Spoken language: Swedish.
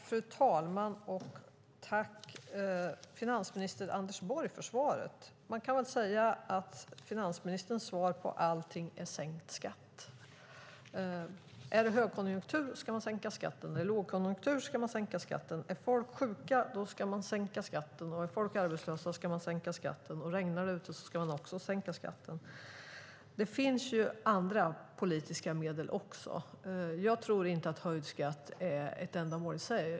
Fru talman! Tack finansminister Anders Borg för svaret! Man kan väl säga att finansministerns svar på allting är sänkt skatt. Är det högkonjunktur ska man sänka skatten. Är det lågkonjunktur ska man sänka skatten. Är folk sjuka ska man sänka skatten. Är folk arbetslösa ska man sänka skatten. Regnar det ute ska man också sänka skatten. Det finns ju andra politiska medel också. Jag tror inte att höjd skatt är ett ändamål i sig.